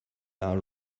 are